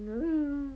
um